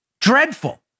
Dreadful